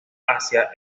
hacia